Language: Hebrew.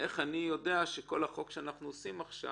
איך אני יודע שכל החוק שאנחנו עושים עכשיו